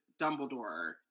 Dumbledore